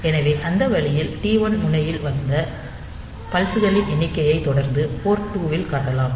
எனவே அந்த வழியில் T1 முனையில் வந்த பல்ஸ் களின் எண்ணிக்கையைத் தொடர்ந்து போர்ட் 2 இல் காட்டலாம்